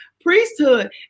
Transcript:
priesthood